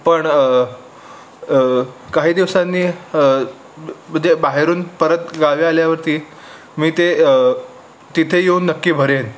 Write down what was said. पण काही दिवसांनी जे बाहेरून परत गावी आल्यावरती मी ते तिथे येऊन नक्की भरेन